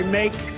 make